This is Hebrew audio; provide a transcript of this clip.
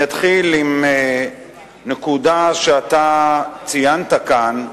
אתחיל בנקודה שאתה ציינת כאן,